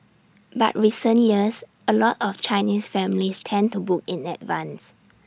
but recent years A lot of Chinese families tend to book in advance